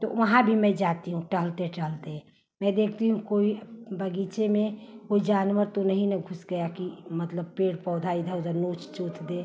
तो वहाँ भी मैं जाती हूँ टहलते टहलते मैं देखती हूँ कोई बगीचे में कोई जानवर तो नही ना घुस गया कि मतलब पेड़ पौधा इधर उधर नोच ओच दे